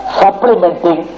supplementing